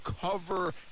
cover